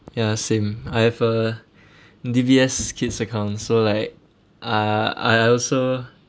ya same I have a D_B_S kid's account so like uh I also